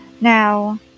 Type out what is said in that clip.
now